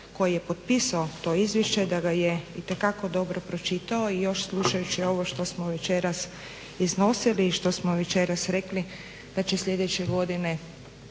koji je potpisao to izvješće da ga je itekako dobro pročitao i još slušajući ovo što smo večeras iznosili i što smo večeras rekli da će sljedeće godine